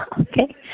Okay